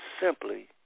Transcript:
simply